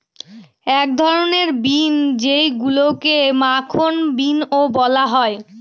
এক ধরনের বিন যেইগুলাকে মাখন বিনও বলা হয়